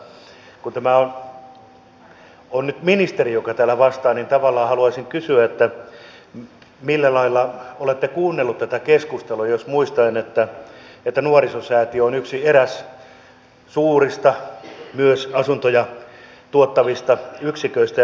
mutta kun on nyt ministeri joka täällä vastaa niin tavallaan haluaisin kysyä millä lailla olette kuunnellut tätä keskustelua muistaen että nuorisosäätiö on yksi suurista myös asuntoja tuottavista ja rakentavista yksiköistä